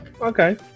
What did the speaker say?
Okay